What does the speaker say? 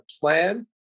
plan